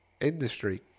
industry